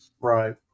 Right